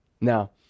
Now